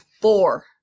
four